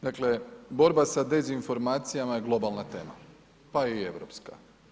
Dakle, borba sa dezinformacijama je globalna tema, pa i europska.